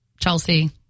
Chelsea